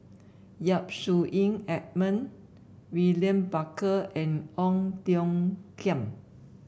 Yap Su Yin Edmund William Barker and Ong Tiong Khiam